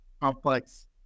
complex